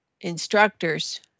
instructors